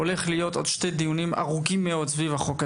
הולך להיות עוד שני דיונים ארוכים מאוד סביב החוק הזה.